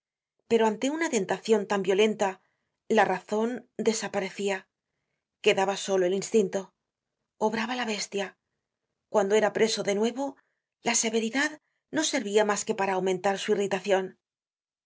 pero ante una tentacion tan violenta la razon desaparecia quedaba solo el instinto obraba la bestia cuando era preso de nuevo la severidad no servia mas que para aumentar su irritacion i